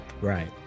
Right